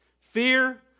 Fear